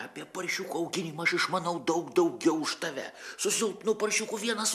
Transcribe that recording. apie paršiukų auginimą aš išmanau daug daugiau už tave su silpnu paršiukų vienas